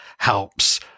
Helps